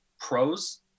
pros